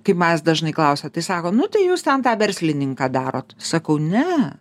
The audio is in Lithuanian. kaip mes dažnai klausia tai sako nu tai jūs ten tą verslininką darot sakau ne